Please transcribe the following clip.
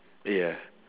yeah